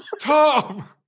Tom